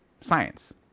science